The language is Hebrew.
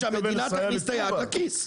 אמרנו שהמדינה תכניס את היד לכיס.